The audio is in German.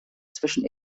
zwischen